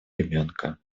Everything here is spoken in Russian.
ребенка